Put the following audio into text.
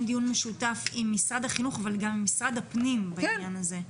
דיון משותף עם משרד החינוך אבל גם עם משרד הפנים בעניין הזה.